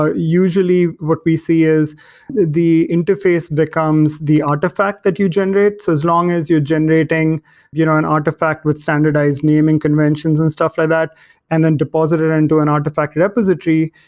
ah usually what we see is the interface becomes the artifact that you generate. so as long as you're generating you know an artifact with standardized naming conventions and stuff like that and then deposit it into and an artifact repository,